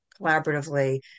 collaboratively